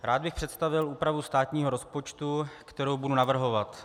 Rád bych představil úpravu státního rozpočtu, kterou budu navrhovat.